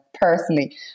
personally